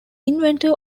inventor